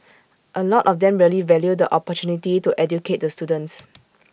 A lot of them really value the opportunity to educate the students